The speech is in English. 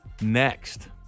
next